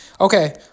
okay